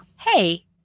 hey